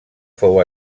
fou